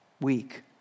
week